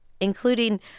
Including